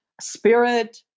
spirit